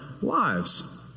lives